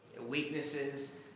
weaknesses